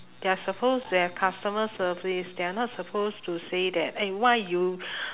they're supposed to have customer service they're not supposed to say that eh why you